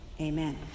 Amen